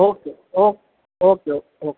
okay okay okay